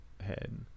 head